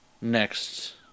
next